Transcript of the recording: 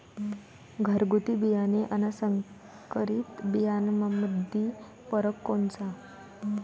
घरगुती बियाणे अन संकरीत बियाणामंदी फरक कोनचा?